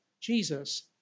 Jesus